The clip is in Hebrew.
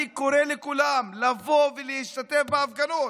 אני קורא לכולם לבוא ולהשתתף בהפגנות.